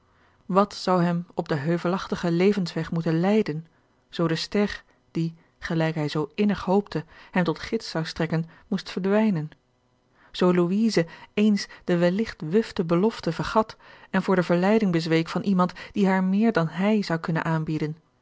wat zou hem op den heuvelachtigen levensweg moeten leiden zoo de ster die gelijk hij zoo innig hoopte hem tot gids zou strekken moest verdwijnen zoo louise ééns de welligt wufte belofte vergat en voor de verleiding bezweek van iemand die haar meer dan hij zou kunnen aanbieden